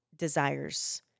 desires